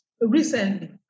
recently